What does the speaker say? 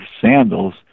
sandals